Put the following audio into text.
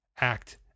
Act